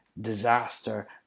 disaster